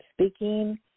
speaking